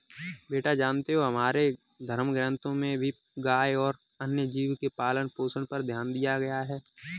बेटा जानते हो हमारे धर्म ग्रंथों में भी गाय और अन्य जीव के पालन पोषण पर ध्यान दिया गया है